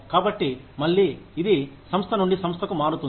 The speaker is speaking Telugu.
కాబట్టి మళ్లీ ఇది సంస్థ నుండిసంస్థకు మారుతుంది